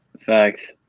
facts